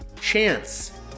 Chance